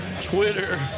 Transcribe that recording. Twitter